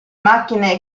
macchine